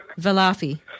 Valafi